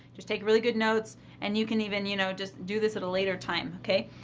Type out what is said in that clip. just take really good notes and you can even, you know, just do this at a later time, okay?